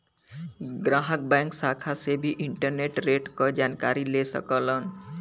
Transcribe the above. ग्राहक बैंक शाखा से भी इंटरेस्ट रेट क जानकारी ले सकलन